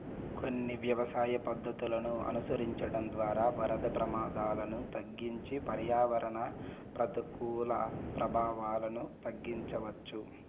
కొన్ని వ్యవసాయ పద్ధతులను అనుసరించడం ద్వారా వరద ప్రమాదాలను తగ్గించి పర్యావరణ ప్రతికూల ప్రభావాలను తగ్గించవచ్చు